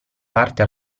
parte